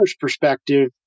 perspective